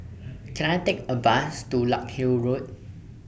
Can I Take A Bus to Larkhill Road